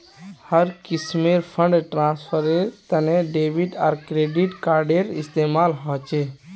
हर किस्मेर फंड ट्रांस्फरेर तने डेबिट आर क्रेडिट कार्डेर इस्तेमाल ह छे